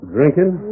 Drinking